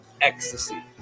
ecstasy